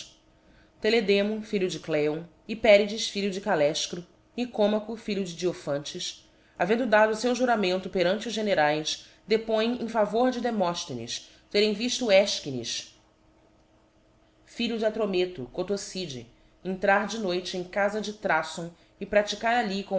teledemo filho de le e pedes filho de callaefchro nicomacho filho de diophantes havendo dado feu juramento perante os generaes depõem em favor de demoíuienes terem vifto efchines filho de atropelo cotos de entrar de noite em cafa de thrafon e praticar ali